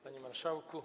Panie Marszałku!